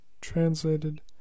translated